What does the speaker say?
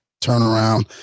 turnaround